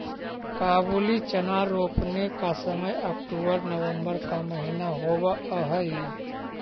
काबुली चना रोपने का समय अक्टूबर नवंबर का महीना होवअ हई